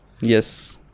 Yes